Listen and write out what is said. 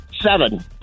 Seven